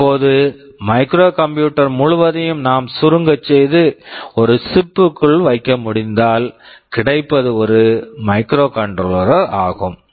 இப்போது microcomputer microcomputer முழுவதையும் நாம் சுருங்கச் செய்து ஒரு சிப்chip -பிற்குள் வைக்க முடிந்தால் கிடைப்பது ஒரு மைக்ரோகண்ட்ரோலர் microcontroller ஆகும்